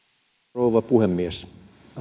rouva puhemies